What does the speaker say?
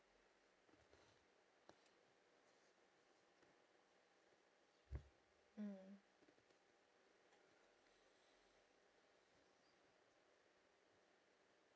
mm